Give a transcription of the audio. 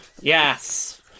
Yes